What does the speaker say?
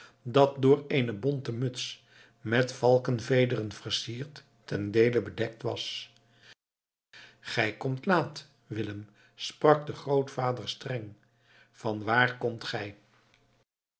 dat door eene bonte muts met valkenvederen versierd tendeele bedekt was gij komt laat willem sprak de grootvader streng vanwaar komt gij